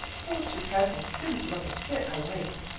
those two cousins didn't look a bit alike.